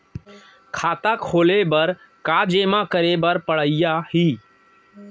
खाता खोले बर का का जेमा करे बर पढ़इया ही?